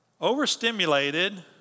Overstimulated